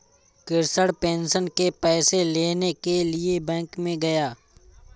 Krishna pension के पैसे लेने के लिए बैंक में गया